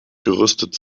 gerüstet